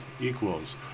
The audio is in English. equals